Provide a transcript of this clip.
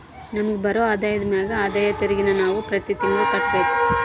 ನಮಿಗ್ ಬರೋ ಆದಾಯದ ಮ್ಯಾಗ ಆದಾಯ ತೆರಿಗೆನ ನಾವು ಪ್ರತಿ ತಿಂಗ್ಳು ಕಟ್ಬಕು